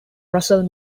russell